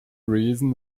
reason